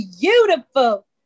beautiful